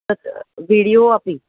तत् वीडियो अपि